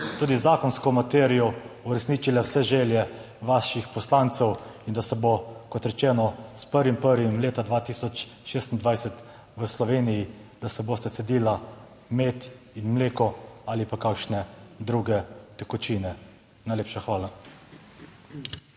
tudi zakonsko materijo uresničile vse želje vaših poslancev, in da se bo kot rečeno s 1. 1. leta 2026 v Sloveniji, da se bosta cedila med in mleko. Ali pa kakšne druge tekočine. Najlepša hvala.